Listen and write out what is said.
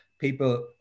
people